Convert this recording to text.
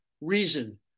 reason